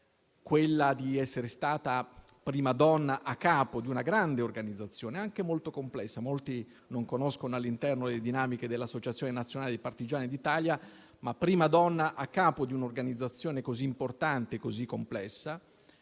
quella di essere stata prima donna a capo di una grande organizzazione, anche molto complessa. In molti non conoscono infatti le dinamiche interne dell'Associazione nazionale partigiani d'Italia. Prima donna a capo di un'organizzazione così importante e così complessa,